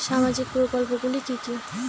সামাজিক প্রকল্প গুলি কি কি?